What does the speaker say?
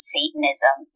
Satanism